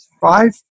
Five